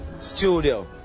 studio